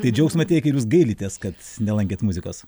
tai džiaugsmą tiekia ar jūs gailitės kad nelankėt muzikos